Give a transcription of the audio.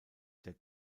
der